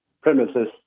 premises